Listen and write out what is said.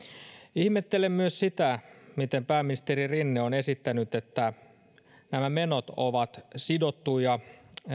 ihmettelen myös sitä miten pääministeri rinne on esittänyt että nämä menot ovat sidottuja